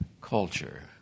culture